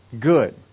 good